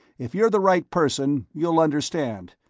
if you're the right person, you'll understand.